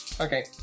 Okay